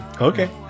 okay